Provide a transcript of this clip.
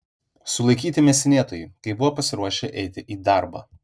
sulaikyti mėsinėtojai kai buvo pasiruošę eiti į darbą